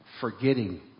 forgetting